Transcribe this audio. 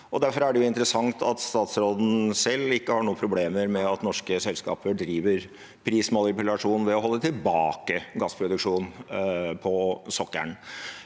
Derfor er det interessant at statsråden selv ikke har noen problemer med at norske selskaper driver prismanipulasjon ved å holde tilbake gassproduksjonen på sokkelen.